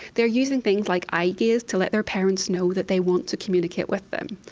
they are using things like eye gaze to let their parents know that they want to communicate with them.